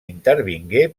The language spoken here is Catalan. intervingué